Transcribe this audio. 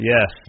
Yes